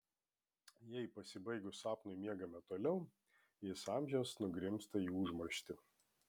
jei pasibaigus sapnui miegame toliau jis amžiams nugrimzta į užmarštį